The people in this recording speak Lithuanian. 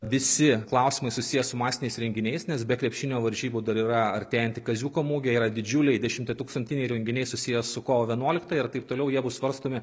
visi klausimai susiję su masiniais renginiais nes be krepšinio varžybų dar yra artėjanti kaziuko mugė yra didžiuliai dešimtatūkstantiniai renginiai susiję su kovo vienuoliktąją ir taip toliau jie bus svarstomi